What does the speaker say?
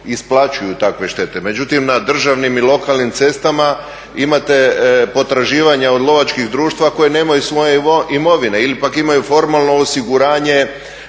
isplaćuju takve štete. Međutim, na državnim i lokalnim cestama imate potraživanja od lovačkih društava koji nemaju svoje imovine ili pak imaju formalno osiguranje